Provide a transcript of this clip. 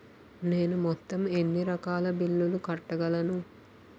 నేను మొత్తం ఎన్ని రకాల బిల్లులు కట్టగలను?